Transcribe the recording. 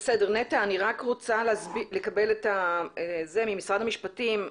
אני רוצה לקבל התייחסות ממשרד המשפטים,